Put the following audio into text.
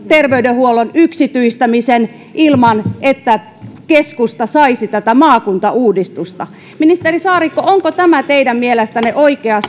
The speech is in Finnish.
terveydenhuollon yksityistämisen ilman että keskusta saisi maakuntauudistusta ministeri saarikko onko tämä teidän mielestänne oikea